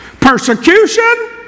persecution